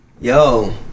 yo